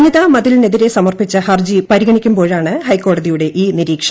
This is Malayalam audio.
വനിതാ മതിലിനെതിരെ സമർപ്പിച്ച ഹർജി പരിഗണിക്കുമ്പോഴാണ് ഹൈക്കോടതിയുടെ ഈ നിരീക്ഷണം